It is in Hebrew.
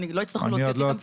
לא יצטרכו להוציא,